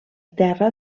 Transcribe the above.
terra